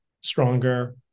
stronger